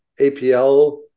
APL